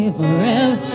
forever